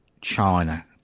China